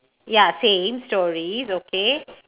ya same stories okay